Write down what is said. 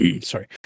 sorry